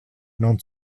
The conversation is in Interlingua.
non